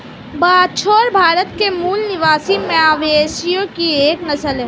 बछौर भारत के मूल निवासी मवेशियों की एक नस्ल है